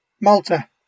Malta